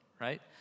right